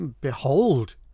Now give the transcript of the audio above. Behold